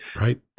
Right